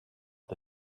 the